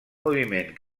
moviment